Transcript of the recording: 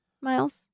Miles